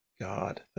God